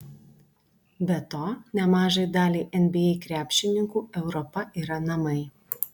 be to nemažai daliai nba krepšininkų europa yra namai